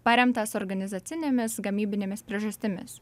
paremtas organizacinėmis gamybinėmis priežastimis